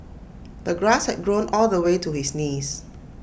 the grass had grown all the way to his knees